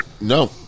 No